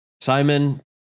simon